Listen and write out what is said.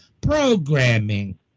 programming